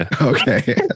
Okay